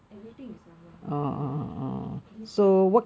everything is online ya this [one]